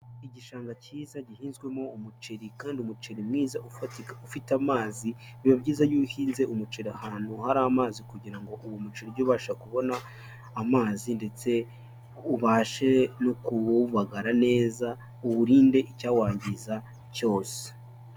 Igishanga cyiza gihinzwemo umuceri kandi umuceri mwiza ufatika ufite amazi, biba byiza iyo ubuhinzi umuceri ahantu hari amazi kugira ngo uwo muceri ujye ubasha kubona amazi ndetse ubashe no kuwubagara neza, uwurinde icyawangiza cyose.